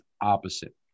opposite